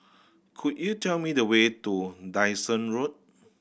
could you tell me the way to Dyson Road